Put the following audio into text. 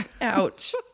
Ouch